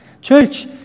Church